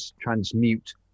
transmute